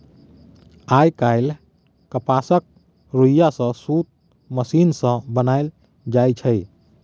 आइ काल्हि कपासक रुइया सँ सुत मशीन सँ बनाएल जाइ छै